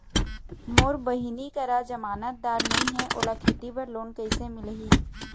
मोर बहिनी करा जमानतदार नई हे, ओला खेती बर लोन कइसे मिलही?